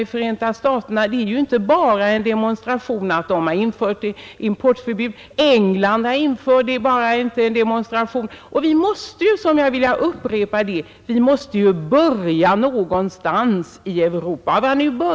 Vissa delstater i Förenta staterna har infört importförbud. England har också infört det. Vi måste i Europa — jag upprepar det — börja någonstans.